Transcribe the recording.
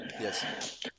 Yes